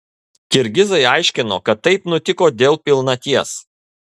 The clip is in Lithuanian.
kirgizai aiškino kad taip nutiko dėl pilnaties